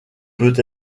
peut